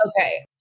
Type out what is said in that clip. okay